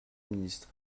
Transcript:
ministre